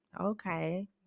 okay